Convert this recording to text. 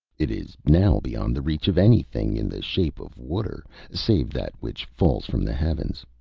it is now beyond the reach of anything in the shape of water save that which falls from the heavens.